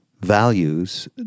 values